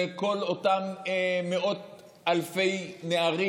לכל אותם מאות אלפי נערים,